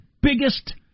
biggest